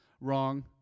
Wrong